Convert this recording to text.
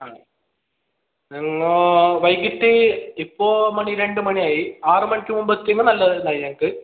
ആണ് എന്നാൽ വൈകിട്ട് ഇപ്പോൾ മണി രണ്ട് മണി ആയി ആറ് മണിക്ക് മുമ്പ് എത്തുമെങ്കിൽ നല്ലത് അയാൾക്ക്